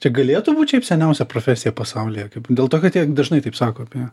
čia galėtų būt šiaip seniausia profesija pasaulyje kaip dėl to kad jie dažnai taip sako apie